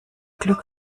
glück